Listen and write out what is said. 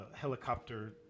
helicopter